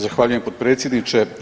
Zahvaljujem potpredsjedniče.